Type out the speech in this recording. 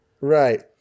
right